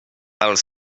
els